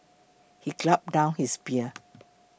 he gulped down his beer